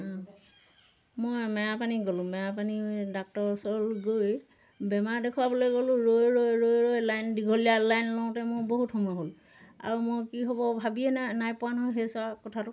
মই মেৰাপানী গ'লোঁ মেৰাপানী ডাক্তৰ ওচৰলৈ গৈ বেমাৰ দেখুৱাবলৈ গ'লোঁ ৰৈ ৰৈ ৰৈ ৰৈ লাইন দীঘলীয়া লাইন লওঁতে মোৰ বহুত সময় হ'ল আৰু মই কি হ'ব ভাবিয়ে নাই নাই পোৱা নহয় সেইচোৱা কথাটো